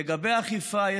לגבי אכיפה,